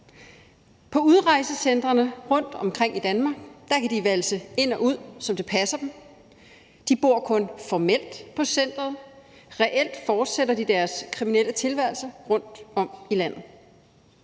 På udrejsecentrene rundtomkring i Danmark kan de valse ind og ud, som det passer dem. De bor kun formelt på centeret, men reelt fortsætter de deres kriminelle tilværelse rundtom i landet.